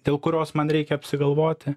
dėl kurios man reikia apsigalvoti